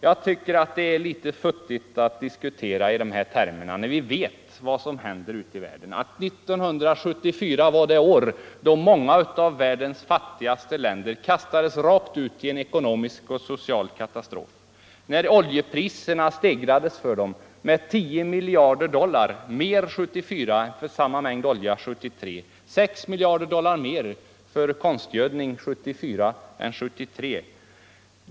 Jag tycker att det är litet futtigt att diskutera i de här termerna när vi vet vad som händer ute i världen. Vi vet att 1974 var det år då många av världens fattigaste länder kastades rakt ut i en ekonomisk och social katastrof, då oljepriserna stegrades för dem så att de 1974 fick betala 10 miljarder dollar mer för samma mängd olja som de använde 1973. De fick vidare betala 6 miljarder dollar mer för konstgödsel 1974 än 1973.